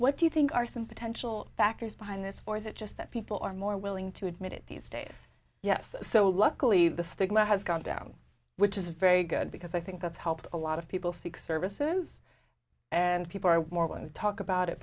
what do you think are some potential factors behind this for is it just that people are more willing to admit it these days yes so luckily the stigma has gone down which is very good because i think that's helped a lot of people seek services and people are more willing to talk about it